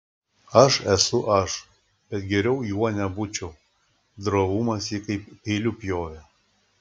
aš esu aš bet geriau juo nebūčiau drovumas jį kaip peiliu pjovė